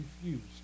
confused